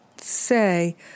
say